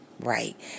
Right